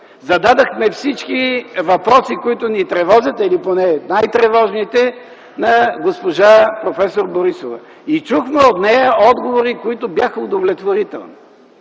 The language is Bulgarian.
зададохме всички въпроси, които ни тревожат или поне най-тревожните, на проф. Борисова и чухме от нея отговори, които бяха удовлетворителни.